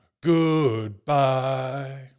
Goodbye